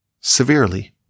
severely